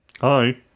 Hi